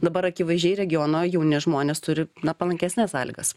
dabar akivaizdžiai regiono jauni žmonės turi palankesnes sąlygas